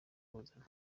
kuzana